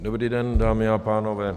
Dobrý den, dámy a pánové.